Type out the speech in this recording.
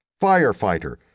Firefighter